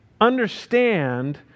understand